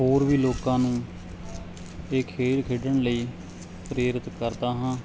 ਹੋਰ ਵੀ ਲੋਕਾਂ ਨੂੰ ਇਹ ਖੇਡ ਖੇਡਣ ਲਈ ਪ੍ਰੇਰਿਤ ਕਰਦਾ ਹਾਂ